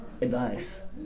advice